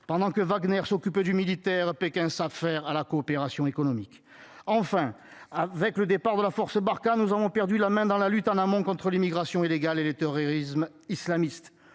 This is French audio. pendant que Wagner s'occupe du militaire. Pékin s'affairent à la coopération économique, enfin avec le départ de la force Barkhane. Nous avons perdu la main dans la lutte en amont contre l'immigration illégale et les terrorisme islamiste.